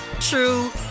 true